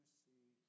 see